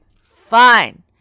Fine